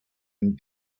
and